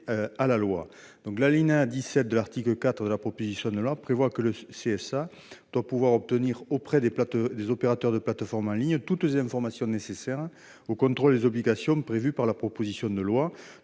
à la loi. L'alinéa 17 de l'article 4 de la proposition de loi prévoit que le CSA doit pouvoir obtenir auprès des opérateurs de plateformes en ligne « toutes les informations nécessaires au contrôle des obligations » prévues par la proposition de loi.